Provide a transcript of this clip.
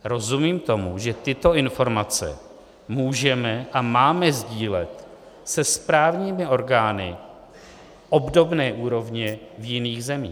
Rozumím tomu, že tyto informace můžeme a máme sdílet se správními orgány obdobné úrovně v jiných zemích.